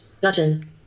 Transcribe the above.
Button